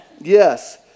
yes